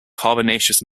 carbonaceous